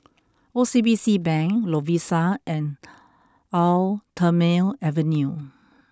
O C B C Bank Lovisa and Eau Thermale Avene